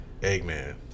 Eggman